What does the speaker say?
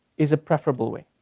is a preferable way.